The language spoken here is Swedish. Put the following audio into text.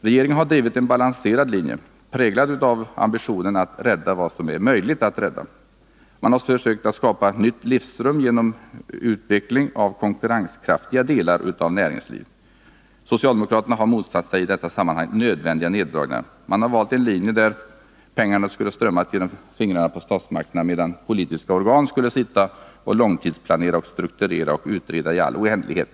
Regeringen har drivit en balanserad linje, präglad av ambitionen att rädda vad som är möjligt att rädda. Man har sökt skapa nytt livsrum genom utveckling av konkurrenskraftiga delar av näringslivet. Socialdemokraterna har motsatt sig i detta sammanhang nödvändiga neddragningar. Man har valt en linje där statens pengar skulle strömma mellan fingrarna medan politiska organ skulle sitta och långtidsplanera, strukturera och utreda i all oändlighet.